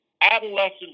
adolescents